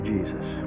Jesus